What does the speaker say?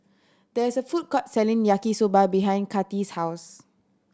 there's a food court selling Yaki Soba behind Cathi's house